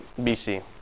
BC